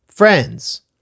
Friends